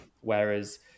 Whereas